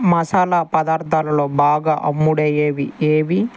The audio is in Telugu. మసాలా పదార్థాల్లో బాగా అమ్ముడయ్యేవి ఏవి